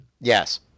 Yes